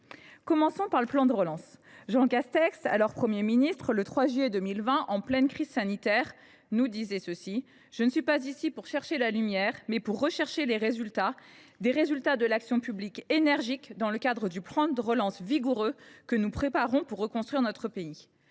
». Alors Premier ministre, Jean Castex a déclaré le 3 juillet 2020, en pleine crise sanitaire :« Je ne suis pas ici pour chercher la lumière, mais pour rechercher les résultats, des résultats de l’action publique énergique dans le cadre du plan de relance vigoureux que nous préparons pour reconstruire notre pays.